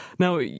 Now